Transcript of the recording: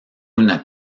una